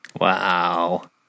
Wow